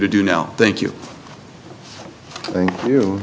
to do now thank you thank you